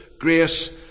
grace